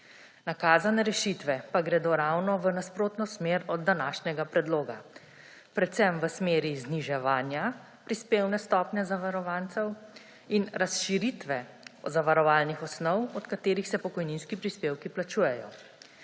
Nakazane rešitve pa gredo ravno v nasprotno smer od današnjega predloga, predvsem v smeri zniževanja prispevne stopnje zavarovancev in razširitve zavarovalnih osnov, od katerih se pokojninski prispevki plačujejo.